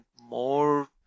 more